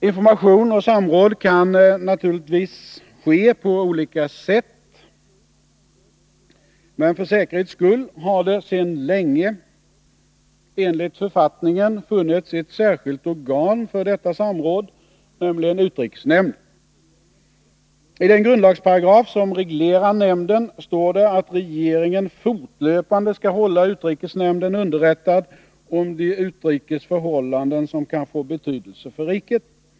Information och samråd kan naturligtvis ske på olika sätt, men för säkerhets skull har det sedan länge enligt författningen funnits ett särskilt organ för detta samråd, nämligen utrikesnämnden. I den grundlagsparagraf som reglerar nämndens verksamhet står det att regeringen fortlöpande skall hålla utrikeshämnden underrättad om de utrikes förhållanden som kan få betydelse för riket.